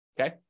okay